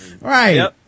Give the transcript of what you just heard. Right